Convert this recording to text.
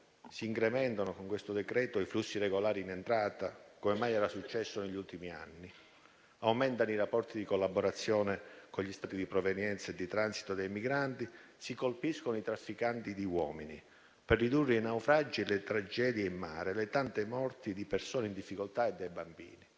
Meloni, con questo decreto, incrementa i flussi regolari in entrata come mai era successo negli ultimi anni. Aumentano i rapporti di collaborazione con gli Stati di provenienza e di transito dei migranti; si colpiscono i trafficanti di uomini per ridurre i naufragi e le tragedie in mare, nonché le tante morti di persone e di bambini